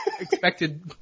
Expected